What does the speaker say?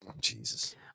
Jesus